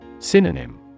Synonym